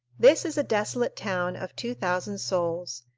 this is a desolate town of two thousand souls,